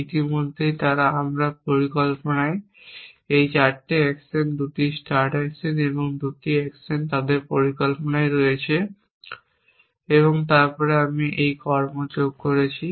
ইতিমধ্যেই তারা আমার পরিকল্পনায় এই 4টি অ্যাকশন 2টি স্টার্ট অ্যাকশন এবং এই 2টি অ্যাকশন তাদের পরিকল্পনায় রয়েছে। এবং তারপর আমি এই কর্ম যোগ করেছি